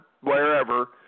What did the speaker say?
wherever